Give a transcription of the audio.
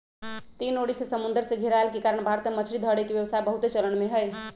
तीन ओरी से समुन्दर से घेरायल के कारण भारत में मछरी धरे के व्यवसाय बहुते चलन में हइ